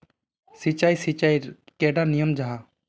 सिंचाई सिंचाईर कैडा नियम जाहा?